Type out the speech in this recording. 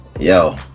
Yo